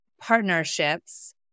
partnerships